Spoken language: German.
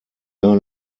gar